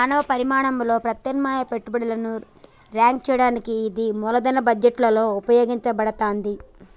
సమాన పరిమాణంలో ప్రత్యామ్నాయ పెట్టుబడులను ర్యాంక్ చేయడానికి ఇది మూలధన బడ్జెట్లో ఉపయోగించబడతాంది